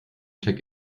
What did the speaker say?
check